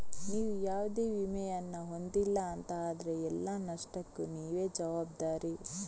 ನೀವು ಯಾವುದೇ ವಿಮೆಯನ್ನ ಹೊಂದಿಲ್ಲ ಅಂತ ಆದ್ರೆ ಎಲ್ಲ ನಷ್ಟಕ್ಕೂ ನೀವೇ ಜವಾಬ್ದಾರಿ